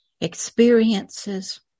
experiences